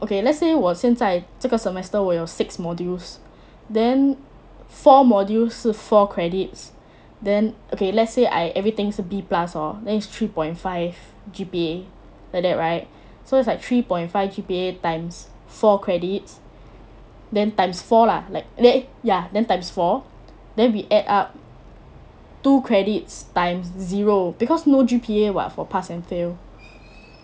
okay let's say 我现这个 semester 我有 six modules then four modules 是 four credits then okay let's say I everything 是 B plus hor then is three point five G_P_A like that right so it's like three point five G_P_A times four credits then times four lah like eh ya then times four then we add up two credits times zero because no G_P_A [what] for pass and fail